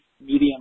medium